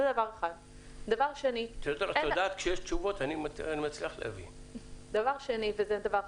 דבר שני וזה דבר חשוב: